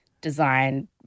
design